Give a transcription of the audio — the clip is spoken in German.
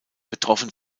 betroffen